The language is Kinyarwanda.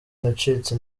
nacitse